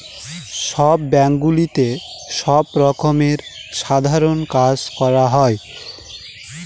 সব ব্যাঙ্কগুলোতে সব রকমের সাধারণ কাজ করা হয়